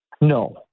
no